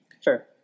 Sure